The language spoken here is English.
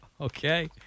Okay